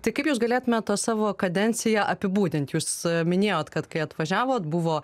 tai kaip jūs galėtumėt tą savo kadenciją apibūdint jūs minėjot kad kai atvažiavot buvo